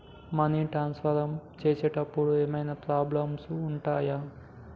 Money transfer చేసేటప్పుడు ఏమైనా problems ఉంటయా?